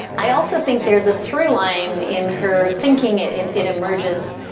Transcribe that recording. i also think there's a through line in her thinking it it emerges